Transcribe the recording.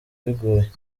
bigoye